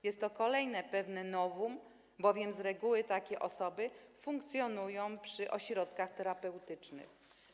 Jest to kolejne novum, bowiem z reguły takie osoby funkcjonują przy ośrodkach terapeutycznych.